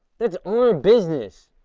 that's our business.